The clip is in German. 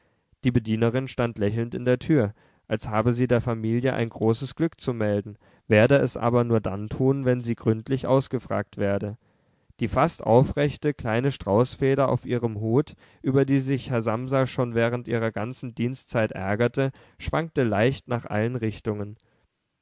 die bedienerin stand lächelnd in der tür als habe sie der familie ein großes glück zu melden werde es aber nur dann tun wenn sie gründlich ausgefragt werde die fast aufrechte kleine straußfeder auf ihrem hut über die sich herr samsa schon während ihrer ganzen dienstzeit ärgerte schwankte leicht nach allen richtungen